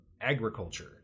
agriculture